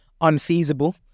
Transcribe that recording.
unfeasible